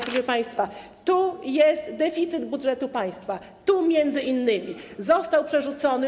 Proszę państwa, tu jest deficyt budżetu państwa, tu m.in. został przerzucony.